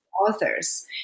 authors